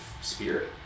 spirit